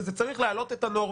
וזה צריך להעלות את הנורמה.